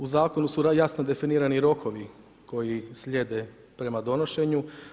U Zakonu su jasno definirani rokovi koji slijede prema donošenju.